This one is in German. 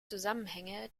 zusammenhänge